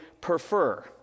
prefer